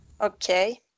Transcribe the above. okay